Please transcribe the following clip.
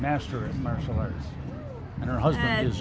master of martial arts and her husband is